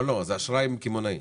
לא, זה אשראי קמעונאי.